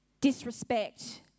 disrespect